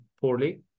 poorly